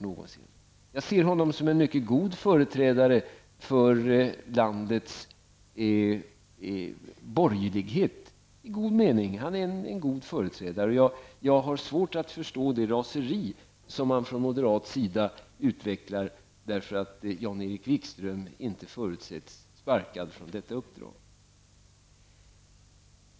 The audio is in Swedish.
Jag tror att man kan betrakta honom som en mycket god företrädare för landets borgerlighet, och jag har svårt att förstå det raseri som man från moderat sida visar, därför att han inte blir sparkad från uppdraget.